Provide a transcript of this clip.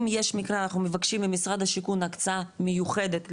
אם יש מקרה אנחנו מבקשים ממשרד השיכון הקצאה מיוחדת,